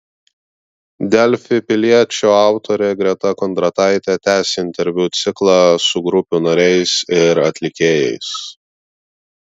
delfi piliečio autorė greta kondrataitė tęsia interviu ciklą su grupių nariais ir atlikėjais